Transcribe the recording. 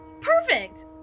Perfect